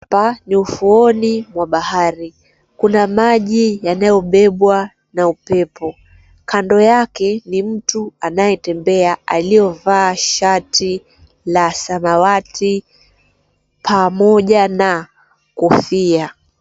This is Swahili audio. Hapa ni ufuoni mwa bahari, kuna maji yanayobebwa na upepo. Kando yake kuna mtu anayetembea, aliyevaa shati la samawati pamoja na kofia.